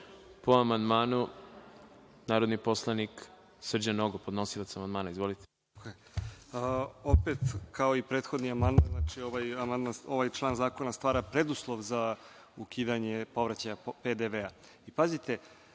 amandmanu, narodni poslanik Srđan Nogo, podnosilac amandmana. Izvolite. **Srđan Nogo** Opet, kao i prethodni amandman, ovaj član zakona stvara preduslov za ukidanje povraćaja PDV-a. Pazite,